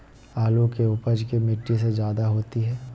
आलु की उपज की मिट्टी में जायदा होती है?